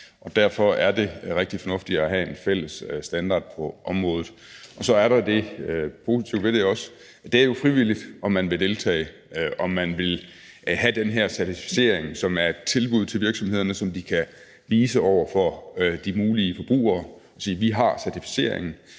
Og derfor er det rigtig fornuftigt at have en fælles standard på området. Så er der det positive ved det også, at det jo er frivilligt, om man vil deltage, altså om man vil have den her certificering, som er et tilbud til virksomhederne, som de kan vise til de mulige forbrugere og sige: Vi har certificeringen,